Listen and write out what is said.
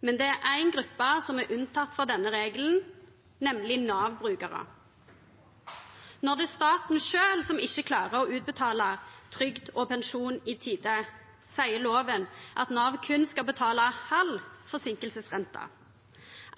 Men det er én gruppe som er unntatt fra denne regelen, nemlig Nav-brukere. Når det er staten selv som ikke klarer å utbetale trygd og pensjon i tide, sier loven at Nav kun skal betale halv forsinkelsesrente,